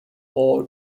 all